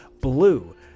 BLUE